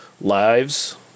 lives